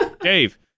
Dave